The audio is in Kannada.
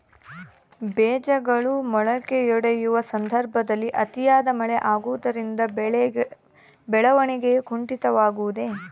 ಬೇಜಗಳು ಮೊಳಕೆಯೊಡೆಯುವ ಸಂದರ್ಭದಲ್ಲಿ ಅತಿಯಾದ ಮಳೆ ಆಗುವುದರಿಂದ ಬೆಳವಣಿಗೆಯು ಕುಂಠಿತವಾಗುವುದೆ?